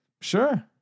Sure